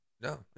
No